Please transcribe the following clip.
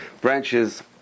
branches